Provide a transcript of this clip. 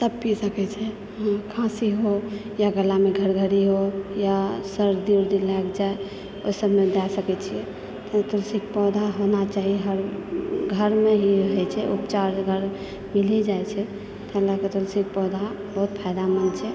सभ पी सकैत छै खाँसी हो या गलामे धरधरि हो या सर्दी वर्दि लागि जाइ ओहि सभमे दय सकैत छियै तुलसीके पौधा होना चाही हर घरमे ही रहैत छै उपचार घरमे मिल ही जाइत छै ताहि लकऽ तुलसीके पौधा बहुत फायदामन्द छै